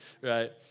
right